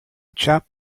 chap